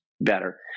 better